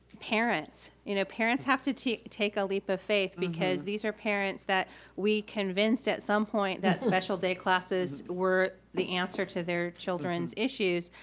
parents, you know, parents have to to take a leap of faith, because these are parents that we convinced at some point that special day classes were the answer to their children's issues,